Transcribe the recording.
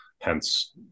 Hence